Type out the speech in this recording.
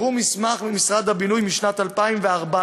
הם הראו מסמך ממשרד הבינוי משנת 2014,